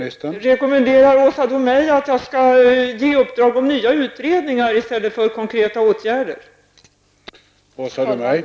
Herr talman! Rekommenderar Åsa Domeij att jag skall ge uppdrag om nya utredningar i stället för att vidta konkreta åtgärder?